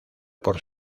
por